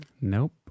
Nope